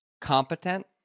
competent